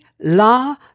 la